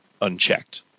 unchecked